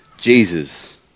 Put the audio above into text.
Jesus